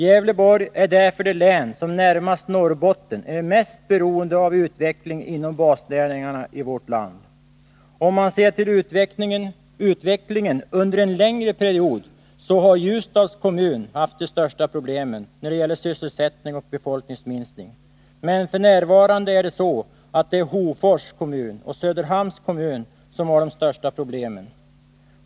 Gävleborg är därför det län som närmast Norrbotten är mest beroende av utvecklingen inom basnäringarna i vårt land. Om man ser till utvecklingen under en längre period har Ljusdals kommun haft de största problemen när det gäller sysselsättning och befolkningsminskning. Men f. n. är det Hofors kommun och Söderhamns kommun som har de största problemen.